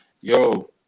yo